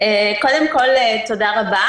קודם כל תודה רבה.